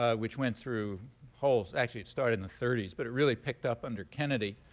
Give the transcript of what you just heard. ah which went through whole actually, it started in the thirty s. but it really picked up under kennedy.